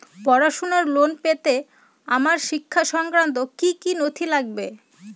পড়াশুনোর লোন পেতে আমার শিক্ষা সংক্রান্ত কি কি নথি লাগবে?